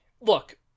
look